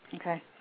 Okay